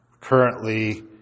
currently